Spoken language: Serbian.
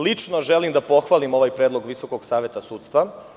Zaista lično želim da pohvalim ovaj predlog Visokog saveta sudstva.